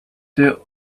that